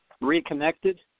reconnected